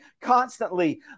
constantly